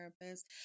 therapist